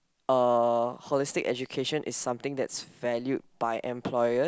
uh holistic education is something that's valued by employers